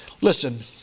Listen